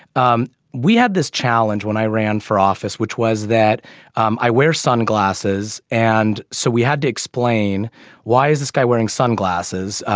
um we had this challenge when i ran for office which was that um i wear sunglasses. and so we had to explain why is this guy wearing sunglasses.